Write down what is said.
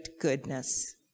goodness